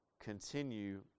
continue